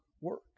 work